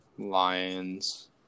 Lions